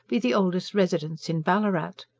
be the oldest residents in ballarat.